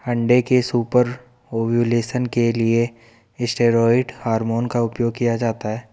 अंडे के super ovulation के लिए स्टेरॉयड हार्मोन का उपयोग किया जाता है